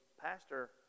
pastor